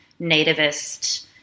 nativist